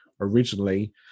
originally